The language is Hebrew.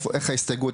איך ההסתייגות,